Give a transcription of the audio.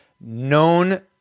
known